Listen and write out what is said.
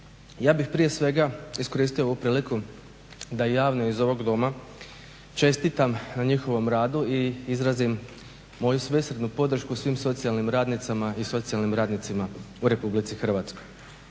Ja bih prije svega iskoristio ovu priliku da javno iz ovog Doma čestitam na njihovom radu i izrazim moju svesrdnu podršku svim socijalnim radnicama i socijalnim radnicima u Republici Hrvatskoj.